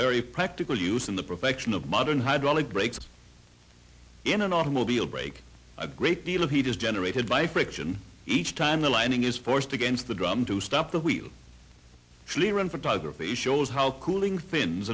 very practical use in the perfection of modern hydraulic brakes in an automobile brake a great deal of heat is generated by friction each time the lining is forced against the drum to stop the wheel clear and photography shows how cooling fins